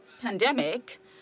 pandemic